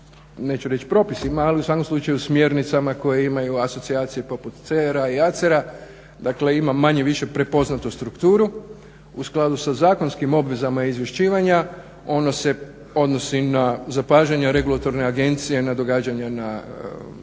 neću reći propisima, ali u svakom slučaju smjernicama koje imaju asocijacije poput CR-a i ACER-a, dakle ima manje-više prepoznatu strukturu. U skladu sa zakonskim obvezama izvješćivanja ono se odnosi na zapažanje Regulatorne agencije na događanja na